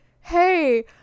hey